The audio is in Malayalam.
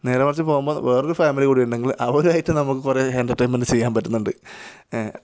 നേരെ മറിച്ചു പോകുമ്പോൾ വേറൊരു ഫാമിലി കൂടിയുണ്ടെങ്കിൽ അവരുമായിട്ട് നമുക്ക് കുറേ എന്റര്ടെയിന്മെൻറ്റ്സ് ചെയ്യാന് പറ്റുന്നുണ്ട്